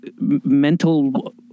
mental